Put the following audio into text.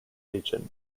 region